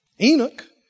Enoch